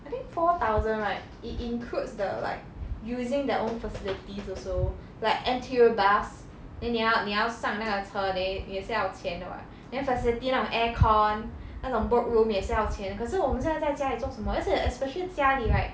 I think four thousand right it includes the like using their own facilities also like N_T_U bus then 你要你要上那个车 then 也是要钱的 [what] then facility 那种 aircon 那种 book room 也是要钱可是我们现在在家里做什么而且 especially 家里 right